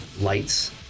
lights